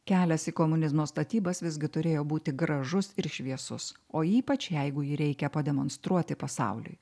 kelias į komunizmo statybas visgi turėjo būti gražus ir šviesus o ypač jeigu jį reikia pademonstruoti pasauliui